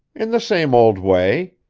in the same old way.